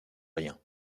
rien